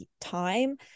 time